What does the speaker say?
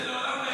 זה לעולם,